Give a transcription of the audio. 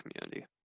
community